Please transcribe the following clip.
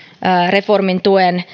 reformin tuen